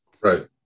Right